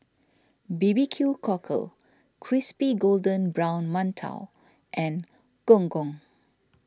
B B Q Cockle Crispy Golden Brown Mantou and Gong Gong